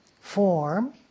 form